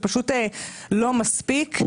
זה פשוט לא מספיק.